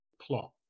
plot